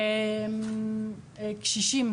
קשישים,